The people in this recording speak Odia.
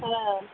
ହଁ